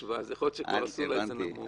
אני לא שמעתי על שינוי הפורום,